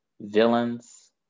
villains